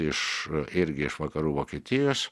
iš irgi iš vakarų vokietijos